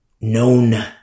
known